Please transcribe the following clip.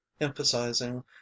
emphasizing